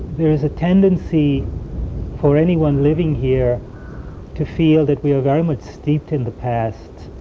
there is a tendency for anyone living here to feel that we are very much steeped in the past.